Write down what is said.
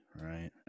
right